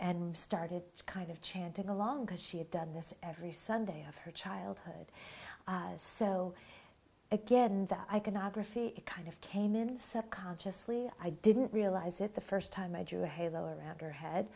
and started kind of chanting along because she had done this every sunday of her childhood so again that i cannot graphy it kind of came in sept consciously i didn't realize it the first time i drew a halo around her head